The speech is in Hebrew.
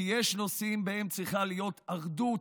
כי יש נושאים שבהם צריכה להיות אחדות.